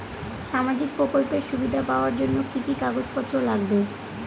সামাজিক প্রকল্পের সুবিধা পাওয়ার জন্য কি কি কাগজ পত্র লাগবে?